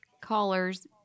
callers